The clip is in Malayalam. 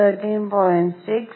6 13